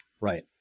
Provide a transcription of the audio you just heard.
Right